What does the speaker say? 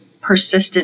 persistent